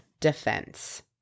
defense